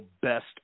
best